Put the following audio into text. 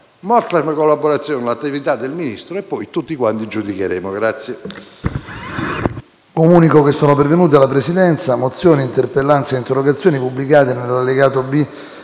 molta collaborazione l'attività del Ministro e poi, tutti quanti, giudicheremo.